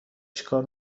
چکار